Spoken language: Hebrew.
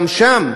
גם שם,